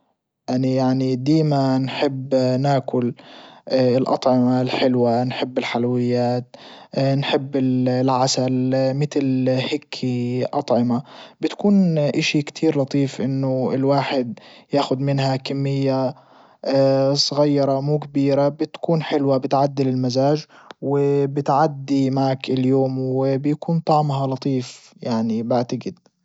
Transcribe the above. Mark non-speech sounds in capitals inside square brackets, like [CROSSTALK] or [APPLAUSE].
اني يعني ديما نحب ناكل [HESITATION] الاطعمة الحلوة نحب الحلويات [HESITATION] نحب العسل متل هيكي اطعمة بتكون اشي كتير لطيف انه الواحد ياخد منها كمية [HESITATION] صغيرة مو كبيرة بتكون حلوة بتعدل المزاج وبتعدي معك اليوم وبيكون طعمها لطيف يعني بعتجد.